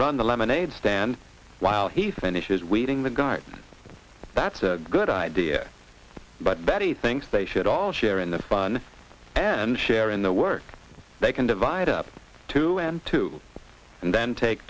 run the lemonade stand while he finishes weeding the garden that's a good idea but betty thinks they should all share in the fun and share in the work they can divide up to and to and then take